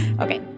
Okay